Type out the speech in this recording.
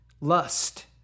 lust